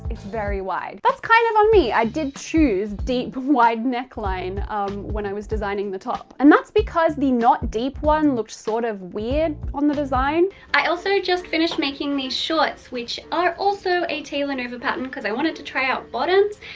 it's very wide. that's kind of on me. i did choose deep, wide neckline um when i was designing the top. and that's because the not deep one looked sort of weird on the design. i also just finished making these shorts, which are also a tailornova pattern cause i wanted to try out bottoms.